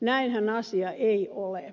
näinhän asia ei ole